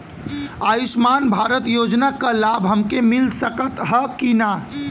आयुष्मान भारत योजना क लाभ हमके मिल सकत ह कि ना?